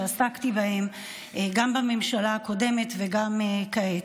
שעסקתי בהם גם בממשלה הקודמת וגם כעת,